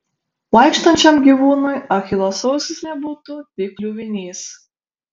vaikštančiam gyvūnui achilo sausgyslė būtų tik kliuvinys